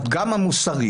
הפגם המוסרי